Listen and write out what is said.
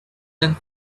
than